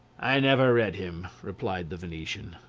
i never read him, replied the venetian.